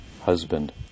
husband